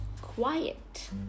quiet